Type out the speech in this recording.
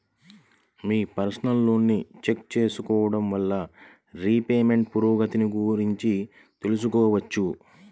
మీ personal లోన్ని check చేసుకోడం వల్ల రీపేమెంట్ పురోగతిని గురించి తెలుసుకోవచ్చు